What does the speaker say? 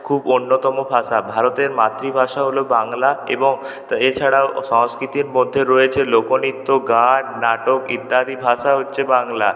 খুব অন্যতম ভাষা ভারতের মাতৃভাষা হল বাংলা এবং তা এছাড়াও সংস্কৃতির মধ্যে রয়েছে লোকনৃত্য গান নাটক ইত্যাদি ভাষা হচ্ছে বাংলা